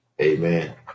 Amen